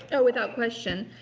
oh, without question.